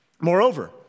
Moreover